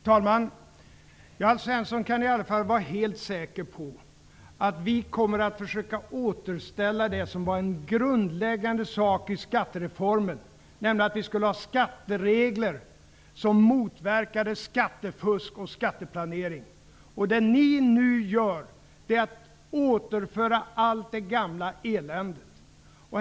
Fru talman! Alf Svensson kan i alla fall vara helt säker på att vi kommer att försöka återställa en grundläggande sak i skattereformen, nämligen att vi skall ha skatteregler som motverkar skattefusk och skatteplanering. Ni återför nu hela det gamla eländet.